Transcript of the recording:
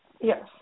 Yes